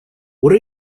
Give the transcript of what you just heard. what